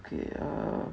okay uh